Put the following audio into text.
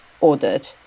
ordered